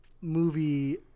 movie